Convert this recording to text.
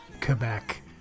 Quebec